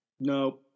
No